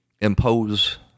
impose